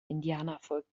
indianervolk